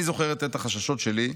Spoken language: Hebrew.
"אני זוכרת את החששות שלי,